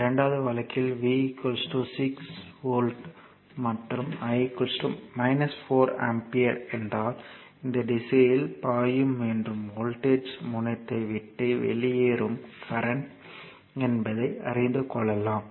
இரண்டாவது வழக்கில் V 6 volt மற்றும் I 4 ஆம்பியர் என்றால் இந்த திசையில் பாயும் என்றும் வோல்ட்டேஜ் முனையத்தை விட்டு வெளியேறும் கரண்ட் என்பதை அறிந்துக் கொள்ளலாம்